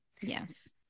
Yes